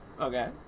Okay